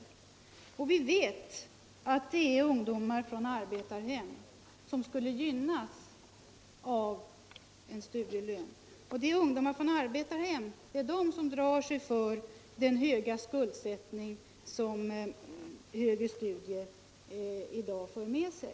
Vi vet att det är ungdomar från arbetarhem som skulle gynnas av en studielön. Det är ungdomar från arbetarhem som drar sig för den stora skuldsättning som högre studier i dag för med sig.